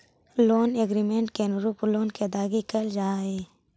loan agreement के अनुरूप loan के अदायगी कैल जा हई